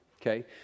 Okay